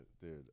Dude